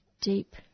Deep